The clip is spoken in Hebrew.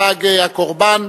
חג הקורבן,